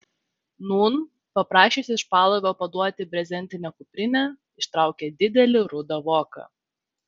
nūn paprašęs iš palovio paduoti brezentinę kuprinę ištraukė didelį rudą voką